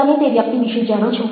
તમે તે વ્યક્તિ વિશે જાણો છો